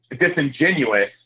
disingenuous